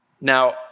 Now